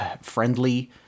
friendly